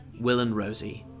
WillAndRosie